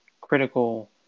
critical